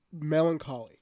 melancholy